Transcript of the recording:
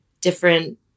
different